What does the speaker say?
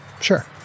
Sure